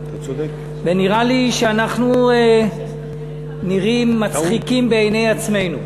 ונראה לי שאנחנו נראים מצחיקים בעיני עצמנו.